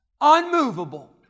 unmovable